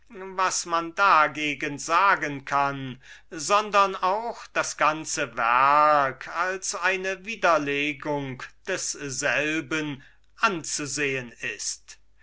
was man dagegen sagen kann sondern auch das ganze werk wie einem jeden in die augen fallen wird sobald man das ganze wird übersehen können als eine widerlegung desselben anzusehen ist